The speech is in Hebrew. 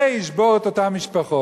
זה ישבור את אותן משפחות.